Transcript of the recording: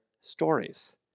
stories